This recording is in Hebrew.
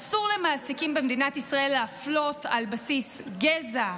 אסור למעסיקים במדינת ישראל להפלות על בסיס גזע,